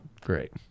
Great